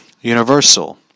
Universal